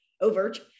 overt